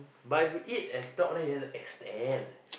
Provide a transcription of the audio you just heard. but if we eat and talk then you have to extend